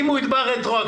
אם הוא יתבע רטרואקטיביות